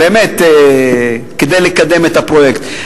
כדי לקדם את הפרויקט.